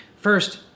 First